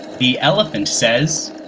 the elephant says